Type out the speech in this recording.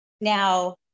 Now